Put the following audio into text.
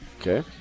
Okay